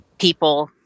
people